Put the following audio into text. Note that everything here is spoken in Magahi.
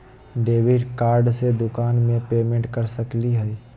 डेबिट कार्ड से दुकान में पेमेंट कर सकली हई?